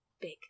big